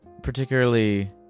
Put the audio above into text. Particularly